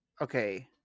Okay